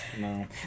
no